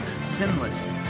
sinless